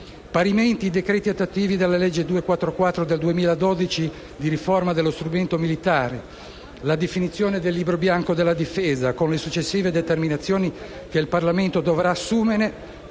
Parimenti, i decreti attuativi della legge n. 244 del 2012 di riforma dello strumento militare e la definizione del Libro Bianco della difesa, con le successive determinazioni che il Parlamento dovrà assumere,